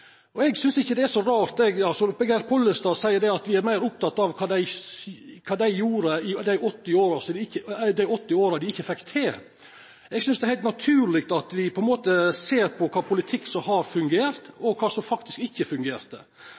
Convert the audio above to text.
Pollestad seier at me er mest opptekne av kva dei raud-grøne gjorde dei åtte åra som dei ikkje fekk til noko. Eg synest det er heilt naturleg at me ser på kva politikk som har fungert, og kva som faktisk ikkje fungerte.